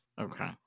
okay